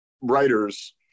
writers